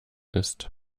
ist